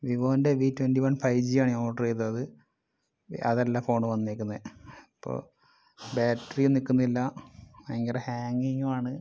വിവോൻ്റെ V twenty one five G ആണെ order ചെയ്തത് അതല്ല ഫോണ് വന്നേക്കുന്നത് അപ്പോൾ ബാറ്ററിയും നിൽക്കുന്നില്ല ഭയങ്കര ഹാംഗിഗുവാണ്